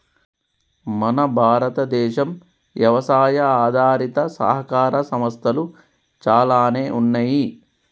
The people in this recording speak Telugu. మన భారతదేనం యవసాయ ఆధారిత సహకార సంస్థలు చాలానే ఉన్నయ్యి